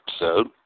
episode